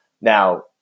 Now